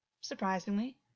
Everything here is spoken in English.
surprisingly